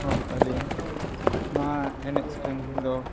ᱦᱮᱸ ᱟᱹᱞᱤᱧ ᱱᱚᱣᱟ ᱮᱱᱮᱡᱼᱥᱮᱨᱮᱧ ᱫᱚ